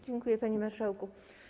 Dziękuję, panie marszałku.